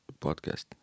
podcast